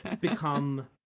become